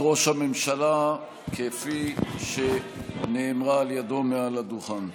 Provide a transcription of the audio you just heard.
ראש הממשלה כפי שנאמרה על ידו מעל הדוכן.